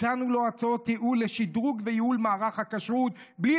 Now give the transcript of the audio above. הצענו לו הצעות ייעול לשדרוג וייעול מערך הכשרות בלי